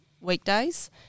weekdays